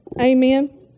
Amen